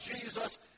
Jesus